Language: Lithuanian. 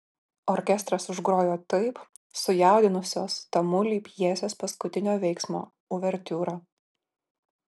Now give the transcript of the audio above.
orkestras užgrojo taip sujaudinusios tamulį pjesės paskutinio veiksmo uvertiūrą